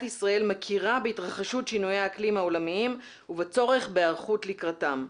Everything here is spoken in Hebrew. ישראל מכירה בהתרחשות שינויי האקלים העולמיים ובצורך בהיערכות לקראתם.